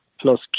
Plus